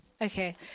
Okay